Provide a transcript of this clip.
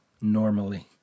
normally